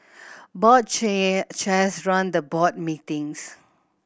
board chair chairs run the board meetings